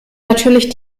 natürlich